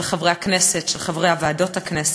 של חברי הכנסת, של חברי ועדות הכנסת.